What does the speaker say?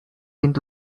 into